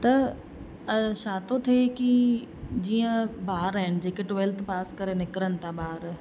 त छा थो थिए की जीअं ॿार आहिनि जेके ट्वैल्थ पास करे निकिरनि था ॿार